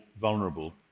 vulnerable